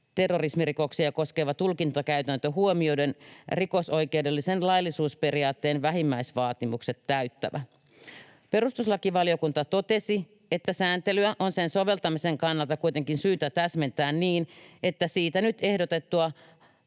terrorismirikoksia koskeva tulkintakäytäntö huomioiden rikosoikeudellisen laillisuusperiaatteen vähimmäisvaatimukset täyttävä. Perustuslakivaliokunta totesi, että sääntelyä on sen soveltamisen kannalta kuitenkin syytä täsmentää niin, että siitä nyt ehdotettua